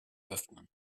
öffnen